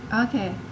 Okay